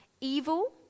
evil